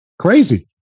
Crazy